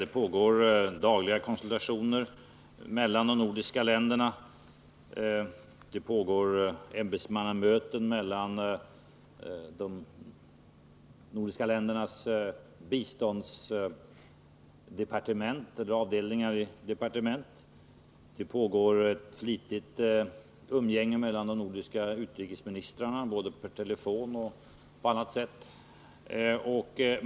Det pågår dagliga konsultationer mellan de nordiska länderna. Det pågår ämbetsmannamöten mellan de nordiska ländernas biståndsdepartement. Det pågår ett flitigt umgänge mellan de nordiska biståndsoch utrikesministrarna, både per telefon och på annat sätt.